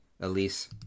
Elise